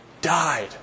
died